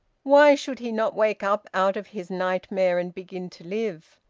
why should he not wake up out of his nightmare and begin to live?